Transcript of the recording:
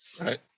Right